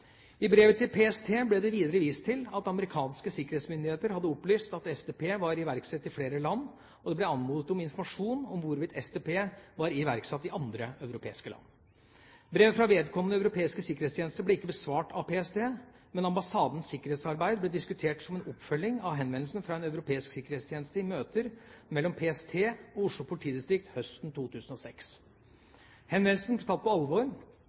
I brevet til PST ble det videre vist til at amerikanske sikkerhetsmyndigheter hadde opplyst at SDP var iverksatt i flere land, og det ble anmodet om informasjon om hvorvidt SDP var iverksatt i andre europeiske land. Brevet fra vedkommende europeiske sikkerhetstjeneste ble ikke besvart av PST, men ambassadens sikkerhetsarbeid ble diskutert som en oppfølging av henvendelsen fra en europeisk sikkerhetstjeneste i møter mellom PST og Oslo politidistrikt høsten 2006. Henvendelsen ble tatt på